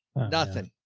nothing.